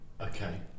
Okay